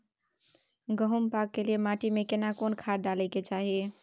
गहुम बाग के लिये माटी मे केना कोन खाद डालै के चाही?